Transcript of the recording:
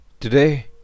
Today